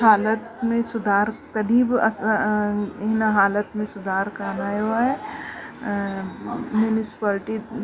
हालति में सुधार तॾहिं बि असां हिन हालति में सुधार कान आयो आहे म्यूनिसिपालिटी में